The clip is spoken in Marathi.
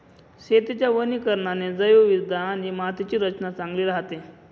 शेतीच्या वनीकरणाने जैवविविधता आणि मातीची रचना चांगली राहते